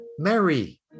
Mary